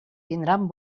tindran